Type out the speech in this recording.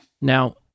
Now